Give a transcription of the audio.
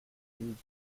and